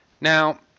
Now